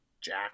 jack